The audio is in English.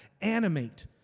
animate